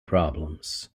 problems